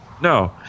No